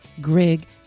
Grig